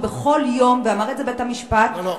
ואמר את זה בית-המשפט,